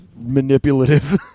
manipulative